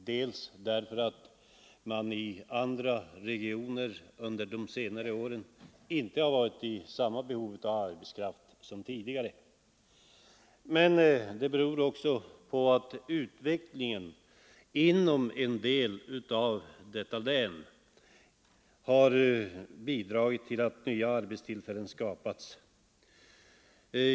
Dels har man kanske i andra regioner under senare år inte haft samma behov av arbetskraft som tidigare, dels har utvecklingen inom en del av länet bidragit till att nya arbetstillfällen skapats.